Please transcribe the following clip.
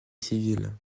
civil